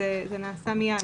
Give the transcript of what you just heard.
זה נעשה מיד.